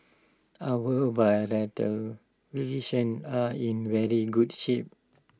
our bilateral relations are in very good shape